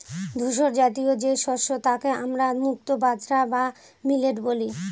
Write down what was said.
ধূসরজাতীয় যে শস্য তাকে আমরা মুক্তো বাজরা বা মিলেট বলি